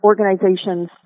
organizations